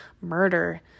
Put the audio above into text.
murder